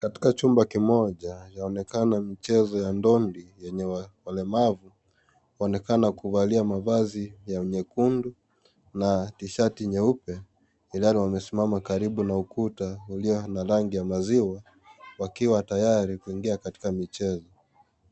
Katika chumba kimoja yaonekana michezo ya ndondi yenye walemavu, waonekana kuvalia mavazi ya nyekundu na tishati nyeupe, ilhali wamesimama karibu na ukuta ulio na rangi ya maziwa wakiwa tayari kuingia katika michezo.